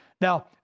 Now